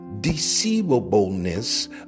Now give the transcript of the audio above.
deceivableness